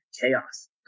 chaos